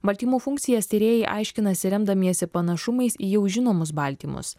baltymų funkcijas tyrėjai aiškinasi remdamiesi panašumais į jau žinomus baltymus